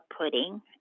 pudding